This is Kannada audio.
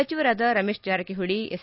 ಸಚಿವರಾದ ರಮೇಶ್ ಜಾರಕಿ ಹೋಳಿ ಎಸ್